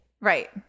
Right